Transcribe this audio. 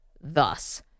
thus